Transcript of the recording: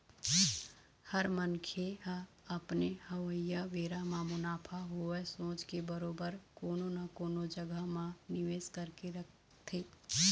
हर मनखे ह अपन अवइया बेरा म मुनाफा होवय सोच के बरोबर कोनो न कोनो जघा मन म निवेस करके रखथे